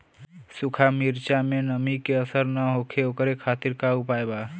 सूखा मिर्चा में नमी के असर न हो ओकरे खातीर का उपाय बा?